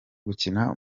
gukina